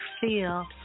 feel